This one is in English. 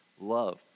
love